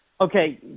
okay